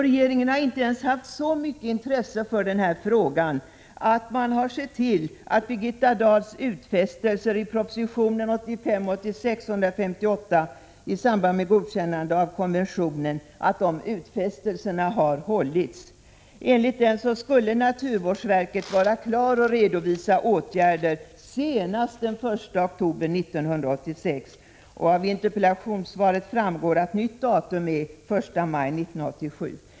Regeringen har inte ens haft så mycket intresse för den här frågan att den har sett till att Birgitta Dahls utfästelser i proposition 1985/86:158 i samband med godkännande av konventionen har hållits. Enligt denna skulle naturvårdsverket vara klart att redovisa åtgärder senast den 1 oktober 1986. Av interpellationssvaret framgår att nytt datum är den 1 maj 1987.